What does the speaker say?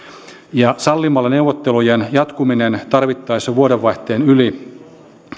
ja sallimalla neuvottelujen jatkumisen tarvittaessa vuodenvaihteen yli